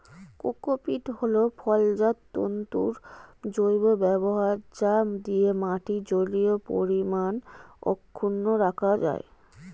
cocopeat হল ফলজাত তন্তুর জৈব ব্যবহার যা দিয়ে মাটির জলীয় পরিমাণ অক্ষুন্ন রাখা যায়